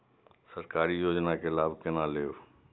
सरकारी योजना के लाभ केना लेब?